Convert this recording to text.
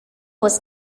was